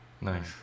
Nice